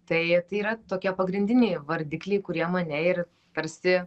tai yra tokie pagrindiniai vardikliai kurie mane ir tarsi